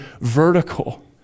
vertical